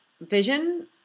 vision